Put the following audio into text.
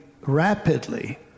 rapidly